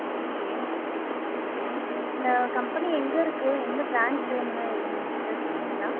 okay okay இந்த company எங்கள் இருக்குது எந்த ப்ரான்ச்சி என்ன ஏதுன்னு டீட்டைல் சொல்கிறீங்களா